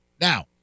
Now